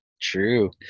True